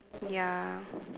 ya